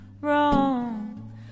wrong